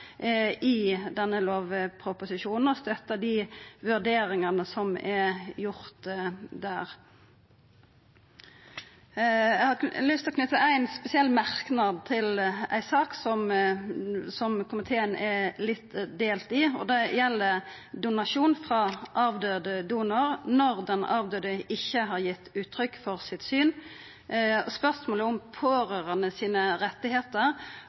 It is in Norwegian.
i denne lovproposisjonen, og støttar dei vurderingane som er gjorde der. Eg har lyst til å knyta ein spesiell merknad til ei sak som komiteen er litt delt i, og det gjeld donasjon frå avdød donor når den avdøde ikkje har gitt uttrykk for sitt syn, spørsmålet om pårørande sine